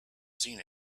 seen